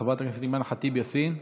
חברת הכנסת אימאן ח'טיב יאסין,